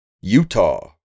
Utah